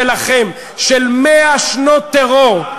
אתה גזען, שלכם, של 100 שנות טרור,